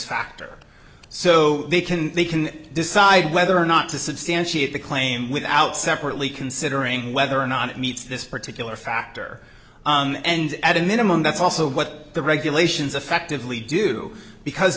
factor so they can they can decide whether or not to substantiate the claim without separately considering whether or not it meets this particular factor and at a minimum that's also what the regulations effectively do because